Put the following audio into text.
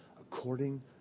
According